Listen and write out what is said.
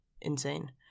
insane